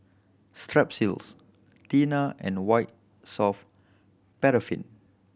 Strepsils Tena and White Soft Paraffin